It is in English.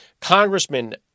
Congressman